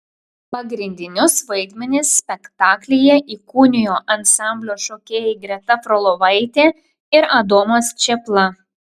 pagrindinius vaidmenis spektaklyje įkūnijo ansamblio šokėjai greta frolovaitė ir adomas čėpla